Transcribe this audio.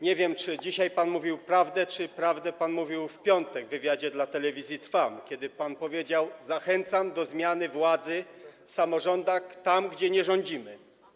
Nie wiem, czy dzisiaj pan mówił prawdę, czy prawdę pan mówił w piątek w wywiadzie dla Telewizji Trwam, kiedy pan powiedział: Zachęcam do zmiany władzy w samorządach, tam, gdzie nie rządzimy.